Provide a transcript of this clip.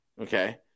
Okay